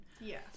Yes